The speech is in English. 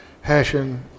hashing